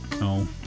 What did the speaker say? No